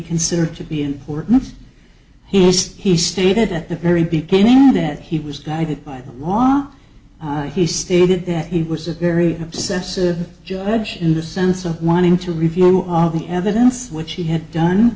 consider to be important he says he stated at the very beginning that he was guided by the law he stated that he was a very obsessive judge in the sense of wanting to review all the evidence which he had done